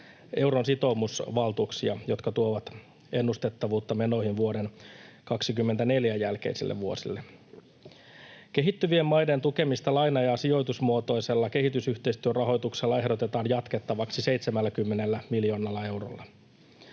euron sitoumusvaltuuksia, jotka tuovat ennustettavuutta menoihin vuoden 24 jälkeisille vuosille. Kehittyvien maiden tukemista laina- ja sijoitusmuotoisella kehitysyhteistyörahoituksella ehdotetaan jatkettavaksi 70 miljoonalla eurolla.